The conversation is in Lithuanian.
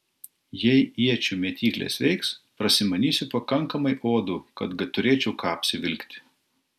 jei iečių mėtyklės veiks prasimanysiu pakankamai odų kad turėčiau ką apsivilkti